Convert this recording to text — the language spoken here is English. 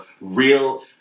real